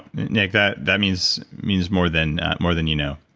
nick, that that means means more than more than you know.